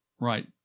right